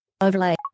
Overlay